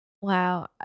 Wow